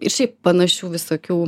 ir šiaip panašių visokių